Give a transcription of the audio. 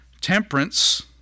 temperance